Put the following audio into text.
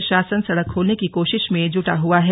प्रशासन सड़क खोलने की कोशिश में जुटा हुआ है